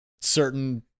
certain